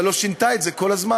אבל לא שינתה את זה כל הזמן.